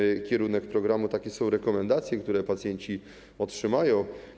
Taki jest kierunek programu, takie są rekomendacje, które pacjenci otrzymają.